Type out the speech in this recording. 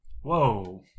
Whoa